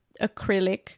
acrylic